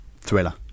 thriller